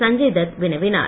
சஞ்சய் தத் வினவினார்